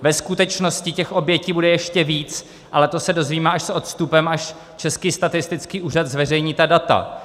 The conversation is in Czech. Ve skutečnosti těch obětí bude ještě víc, ale to se dozvíme až s odstupem, až Český statistický úřad zveřejní ta data.